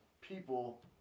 people